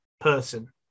person